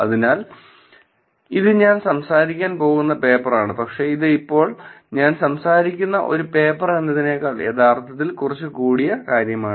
അതിനാൽ ഇത് ഞാൻ സംസാരിക്കാൻ പോകുന്ന പേപ്പറാണ് പക്ഷേ ഇത് ഇപ്പോൾ ഞാൻ സംസാരിക്കുന്ന ഒരു ഒരു പേപ്പർ എന്നതിനേക്കാൾ യഥാർത്ഥത്തിൽ കുറച്ച കൂടിയ കാര്യമാണ്